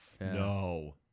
No